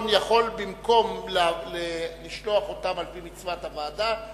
במקום לשלוח אותם על-פי מצוות הוועדה,